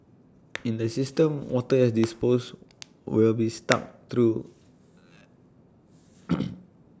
in the system water has disposed will be sucked through